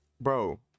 bro